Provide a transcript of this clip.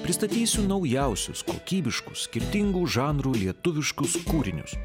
pristatysiu naujausius kokybiškus skirtingų žanrų lietuviškus kūrinius